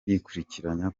yikurikiranya